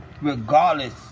Regardless